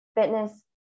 fitness